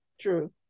True